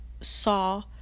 saw